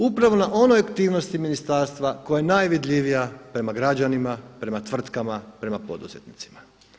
Upravo na onoj aktivnosti ministarstva koja je najvidljivija prema građanima, prema tvrtkama, prema poduzetnicima.